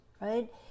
right